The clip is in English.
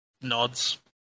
nods